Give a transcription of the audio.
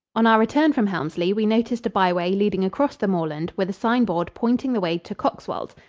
on our return from helmsley, we noticed a byway leading across the moorland with a sign-board pointing the way to coxwold.